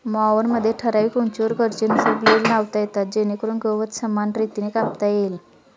मॉवरमध्ये ठराविक उंचीवर गरजेनुसार ब्लेड लावता येतात जेणेकरून गवत समान रीतीने कापता येईल